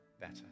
better